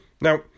Now